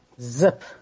zip